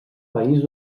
país